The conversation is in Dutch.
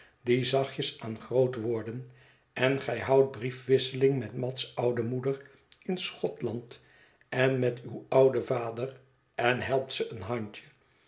die zachtjes aan groot worden en gij houdt briefwisseling met mat's oude moeder in schotland en met uw ouden vader en helpt ze een handje